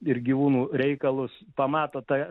ir gyvūnų reikalus pamato tą